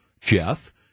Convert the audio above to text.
Jeff